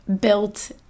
built